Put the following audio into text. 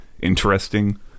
interesting